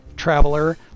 traveler